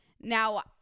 Now